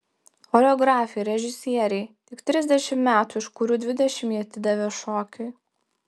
choreografei režisierei tik trisdešimt metų iš kurių dvidešimt ji atidavė šokiui